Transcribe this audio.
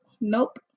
Nope